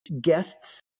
guests